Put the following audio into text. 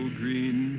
green